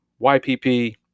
YPP